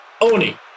Oni